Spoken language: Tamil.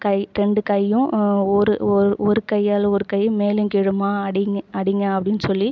கை ரெண்டு கையும் ஒரு ஒரு ஒரு கையால் ஒரு கையை மேலும் கீழுமாக அடிங் அடிங்க அப்படின் சொல்லி